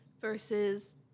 versus